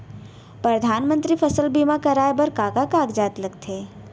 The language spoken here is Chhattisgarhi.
परधानमंतरी फसल बीमा कराये बर का का कागजात लगथे?